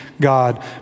God